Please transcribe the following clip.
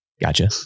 Gotcha